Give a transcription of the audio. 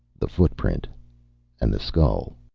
the footprint and the skull